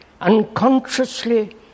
unconsciously